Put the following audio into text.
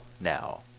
now